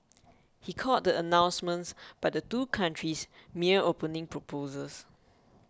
he called the announcements by the two countries mere opening proposals